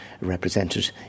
represented